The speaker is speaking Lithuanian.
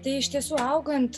tai iš tiesų augant